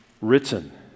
written